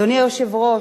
אדוני היושב-ראש,